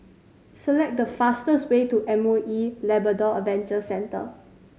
select the fastest way to M O E Labrador Adventure Centre